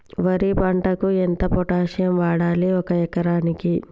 వరి పంటకు ఎంత పొటాషియం వాడాలి ఒక ఎకరానికి?